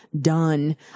done